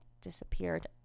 disappeared